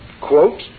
quote